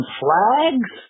flags